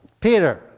Peter